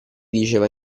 diceva